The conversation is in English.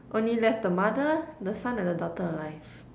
only left the mother the son and the daughter alive